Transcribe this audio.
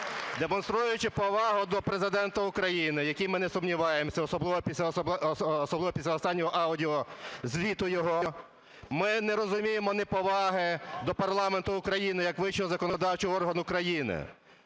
Демонструючи повагу до Президента України, в якій ми не сумніваємося, особливо після останнього аудіозвіту його, ми не розуміємо неповаги до парламенту України як вищого законодавчого органу країни.